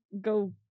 go